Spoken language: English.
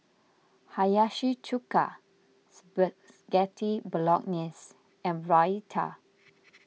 Hiyashi Chuka Spaghetti Bolognese and Raita